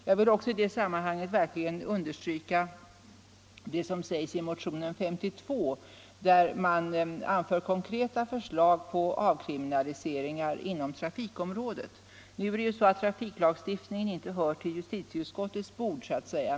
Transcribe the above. Jag vill också understryka det som sägs i motionen 52, där konkreta 29 förslag till avkriminaliseringar inom trafikområdet anförs. Trafiklagstiftningen hör ju inte till justitieutskottets bord så att säga.